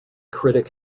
critic